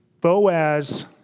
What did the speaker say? Boaz